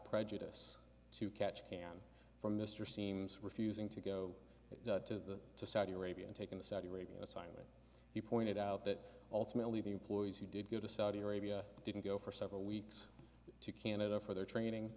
prejudice to catch can from mr seems refusing to go to saudi arabia and taking the saudi arabian assignment he pointed out that ultimately the employees who did go to saudi arabia didn't go for several weeks to canada for their training